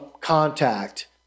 contact